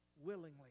willingly